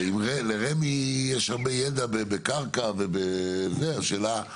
לרמ"י יש הרבה ידע בקרקע, ולכן, השאלה היא